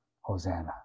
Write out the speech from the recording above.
Hosanna